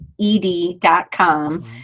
ed.com